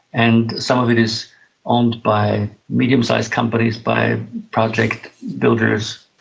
and some of it is owned by medium-sized companies, by project builders,